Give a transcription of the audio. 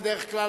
בדרך כלל,